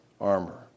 armor